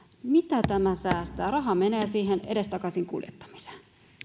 mitä tämä säästää raha menee siihen edestakaisin kuljettamiseen